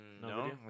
No